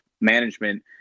management –